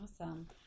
awesome